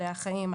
מדעי החיים,